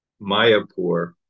Mayapur